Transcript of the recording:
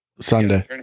Sunday